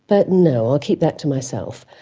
but no, i'll keep that to myself.